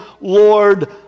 Lord